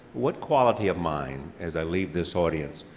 what quality of mind, as i leave this audience,